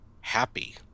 happy